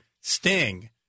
sting